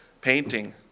painting